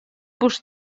буш